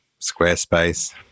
Squarespace